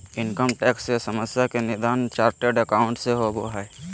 income tax से समस्या के निदान चार्टेड एकाउंट से होबो हइ